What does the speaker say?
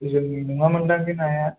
जोंनि नङामोन्दां बे नाया